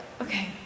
okay